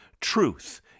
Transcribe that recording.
truth